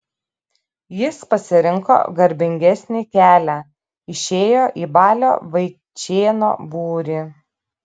jis pasirinko garbingesnį kelią išėjo į balio vaičėno būrį